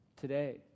today